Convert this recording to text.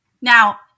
Now